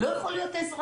הוא לא יכול להיות אזרח.